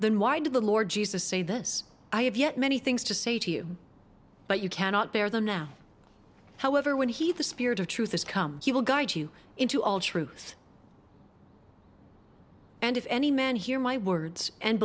then why did the lord jesus say this i have yet many things to say to you but you cannot bear them now however when he the spirit of truth has come he will guide you into all truth and if any man hear my words and